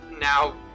now